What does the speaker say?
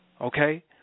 Okay